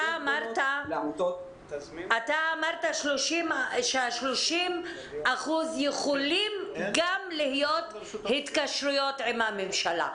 אתה אמרת שה-30% יכולים להיות גם התקשרויות עם הממשלה.